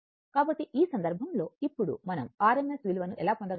కాబట్టి ఈ సందర్భంలో ఇప్పుడు మనం r m s విలువను ఎలా పొందగలము